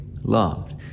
loved